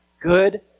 good